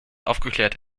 aufgeklärt